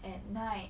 at night